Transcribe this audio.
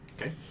Okay